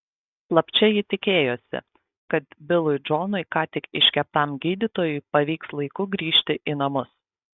slapčia ji tikėjosi kad bilui džonui ką tik iškeptam gydytojui pavyks laiku grįžti į namus